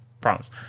Promise